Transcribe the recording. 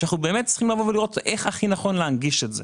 ואנחנו צריכים לראות איך הכי נכון להנגיש את זה.